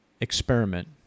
experiment